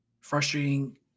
frustrating